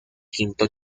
quinto